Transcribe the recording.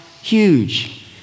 huge